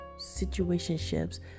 situationships